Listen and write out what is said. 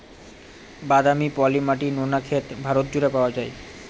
বাদামি, পলি মাটি, নোনা ক্ষেত ভারত জুড়ে পাওয়া যায়